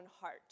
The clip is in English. heart